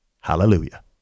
Hallelujah